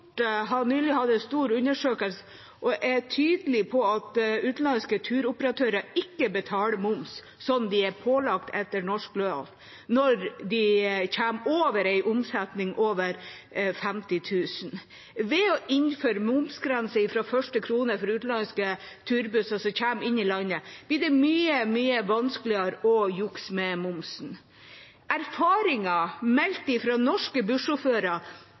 nylig en stor undersøkelse, og de er tydelige på at utenlandske turoperatører ikke betaler moms, som de er pålagt etter norsk lov når de kommer over en omsetning på 50 000 kr. Ved å innføre momsgrense fra første krone for utenlandske turbusser som kommer inn i landet, blir det mye vanskeligere å jukse med momsen.